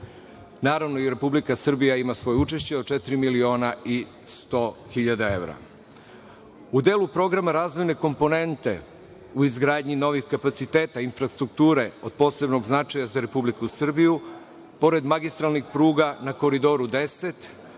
Naravno, jer Republika Srbija ima svoje učešće od četiri miliona i 100 hiljada evra.U delu programa razvojne komponente u izgradnji novih kapaciteta, infrastrukture od posebnog značaja za Republiku Srbiju, pored magistralnih pruga na Koridoru 10,